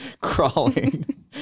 crawling